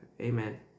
amen